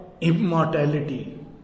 immortality